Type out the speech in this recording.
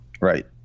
Right